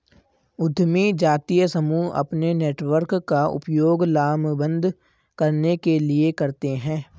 उद्यमी जातीय समूह अपने नेटवर्क का उपयोग लामबंद करने के लिए करते हैं